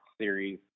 series